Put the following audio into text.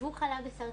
והוא חלה בסרטן.